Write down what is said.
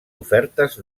ofertes